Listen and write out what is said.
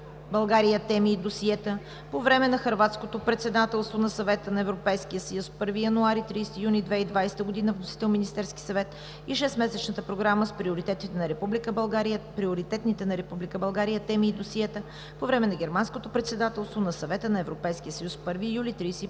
България –теми и досиета по време на Хърватското председателство на Съвета на Европейския съюз, 1 януари – 30 юни 2020 г. Вносител: Министерският съвет, и Шестмесечната програма с приоритетните на Република България теми и досиета по време на Германското председателство на Съвета на Европейския съюз, 1 юли –